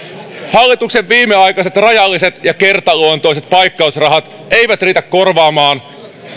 hallituksen viimeaikaiset rajalliset ja kertaluonteiset paikkausrahat eivät riitä korjaamaan